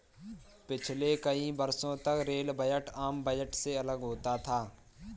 पिछले कई वर्षों तक रेल बजट आम बजट से अलग होता था